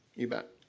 you bet.